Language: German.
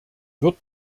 wird